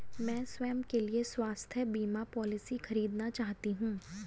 मैं स्वयं के लिए स्वास्थ्य बीमा पॉलिसी खरीदना चाहती हूं